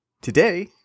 Today